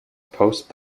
post